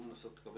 חגי